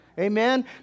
amen